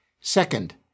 Second